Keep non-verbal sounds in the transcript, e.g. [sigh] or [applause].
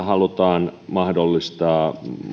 [unintelligible] halutaan mahdollistaa